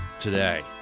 today